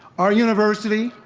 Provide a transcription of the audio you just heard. our university,